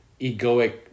egoic